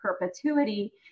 perpetuity